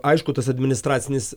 aišku tas administracinis